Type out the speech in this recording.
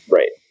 Right